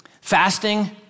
Fasting